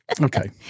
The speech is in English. Okay